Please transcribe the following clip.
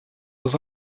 was